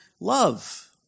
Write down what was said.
love